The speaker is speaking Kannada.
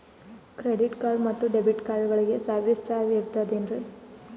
ಕ್ರೆಡಿಟ್ ಕಾರ್ಡ್ ಮತ್ತು ಡೆಬಿಟ್ ಕಾರ್ಡಗಳಿಗೆ ಸರ್ವಿಸ್ ಚಾರ್ಜ್ ಇರುತೇನ್ರಿ?